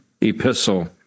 epistle